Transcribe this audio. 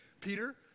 Peter